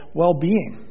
well-being